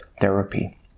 therapy